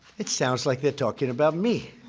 it sounds like they're talking about me.